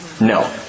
No